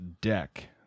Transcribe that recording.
deck